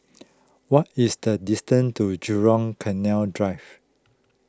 what is the distance to Jurong Canal Drive